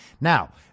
Now